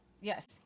Yes